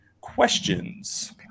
Questions